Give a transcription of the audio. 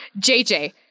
JJ